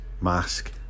mask